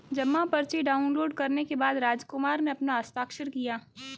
जमा पर्ची डाउनलोड करने के बाद रामकुमार ने अपना हस्ताक्षर किया